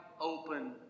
open